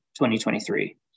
2023